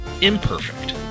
imperfect